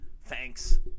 Thanks